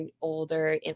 older